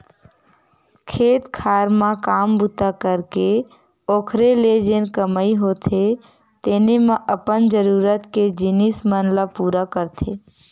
खेत खार म काम बूता करके ओखरे ले जेन कमई होथे तेने म अपन जरुरत के जिनिस मन ल पुरा करथे